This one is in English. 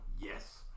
Yes